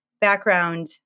background